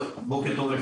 בוקר טוב.